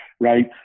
right